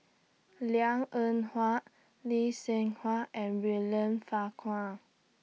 Liang Eng Hwa Lee Seng Huat and William Farquhar